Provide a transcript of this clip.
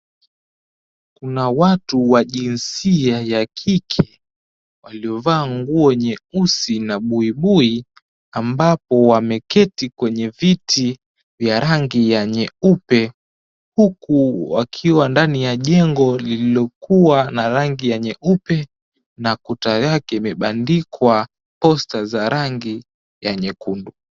Kuna watu wa jinsia ya kike waliovaa nguo nyeusi na buibui ambapo wameketi kwenye viti vya rangi ya nyeupe huku wakiwa ndani ya jengo lililokuwa na rangi ya nyeupe na kuta yake imebandikwa posta za rangi ya nyekundu.